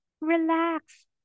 relax